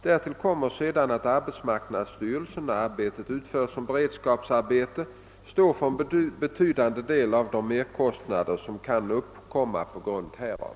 Därtill kommer sedan att arbetsmarknadsstyrelsen, när arbeten utförs som beredskapsarbeten, står för en betydande del av de merkostnader som kan uppkomma på grund härav.